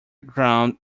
ground